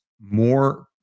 more